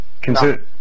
Consider